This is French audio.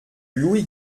louis